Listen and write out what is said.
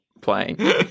playing